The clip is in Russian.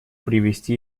привести